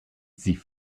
sie